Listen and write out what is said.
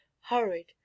hurried